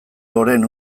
loreen